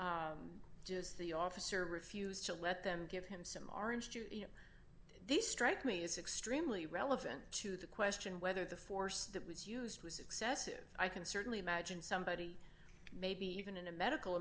does the officer refused to let them give him some orange juice this strikes me as extremely relevant to the question whether the force that was used was excessive i can certainly imagine somebody maybe even in a medical